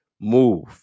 move